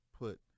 put